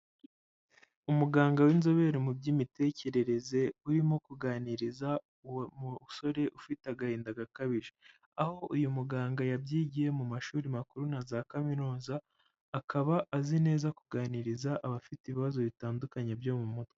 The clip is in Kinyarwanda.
Umuganga w'inzobere mu by'imitekerereze urimo kuganiriza umusore ufite agahinda gakabije, aho uyu muganga yabyigiye mu mashuri makuru na za kaminuza akaba azi neza kuganiriza abafite ibibazo bitandukanye byo mu mutwe.